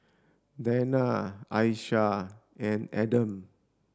Danial Aisyah and Adam